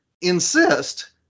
insist